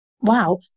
wow